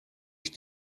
ich